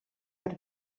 per